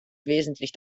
wesentlich